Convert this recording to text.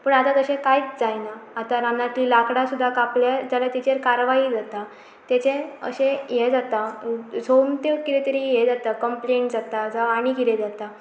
पूण आतां तशें कांयच जायना आतां रानांतलीं लांकडां सुद्दां कापले जाल्यार तिचेर कारवाय जाता तेचें अशें हें जाता सोमते कितें तरी हे जाता कंप्लेनट जाता जावं आनी कितें जाता